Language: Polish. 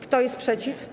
Kto jest przeciw?